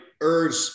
urge